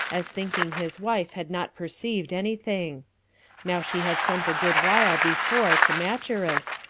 as thinking his wife had not perceived any thing now she had sent a good while before to macherus,